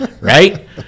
right